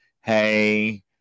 hey